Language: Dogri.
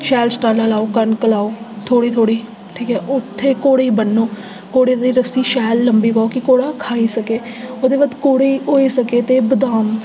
शैल छटाला लाओ कनक लाओ थोह्ड़ी थोह्ड़ी ठीक ऐ उत्थै घोड़े गी बन्नो घोड़े दी रस्सी लम्बी पाओ कि घोड़ा खाई सकै ओह्दे बाद घोड़े गी होई सकै ते बदाम खलाओ